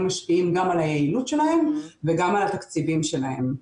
משפיעים גם על היעילות שלהם וגם על התקציבים שלהם.